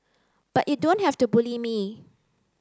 but you don't have to bully me